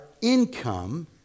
income